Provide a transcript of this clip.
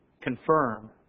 confirm